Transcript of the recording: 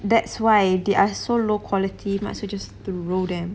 that's why they are so low quality might as well just throw them